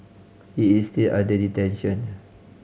he is still under detention